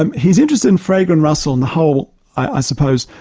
and his interest in frege and russell and the whole i suppose,